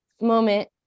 moment